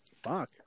Fuck